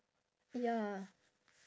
ya